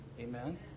Amen